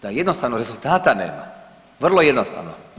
Da jednostavno rezultata nema, vrlo jednostavno.